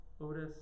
Otis